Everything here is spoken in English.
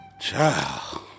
Child